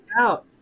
out